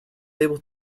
able